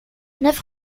neuf